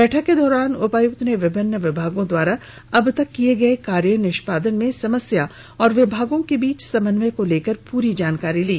बैठक के दौरान उपायुक्त ने विभिन्न विभागों के द्वारा अब तक किर्य गये कार्य कार्य निष्पादन में समस्या और विभागों के बीच समन्वय को लेकर पूरी जानकारी ली